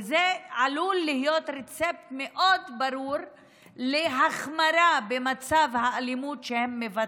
וזה עלול להיות רצפט מאוד ברור להחמרה ברמת האלימות שהם מבצעים.